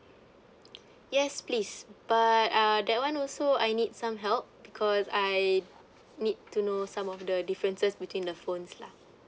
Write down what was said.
yes please but uh that [one] also I need some help because I need to know some of the differences between the phones lah